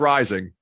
Rising